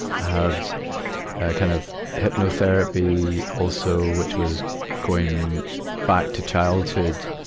had a kind of hypnotherapy, also, which was going back to childhood,